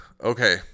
Okay